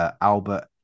Albert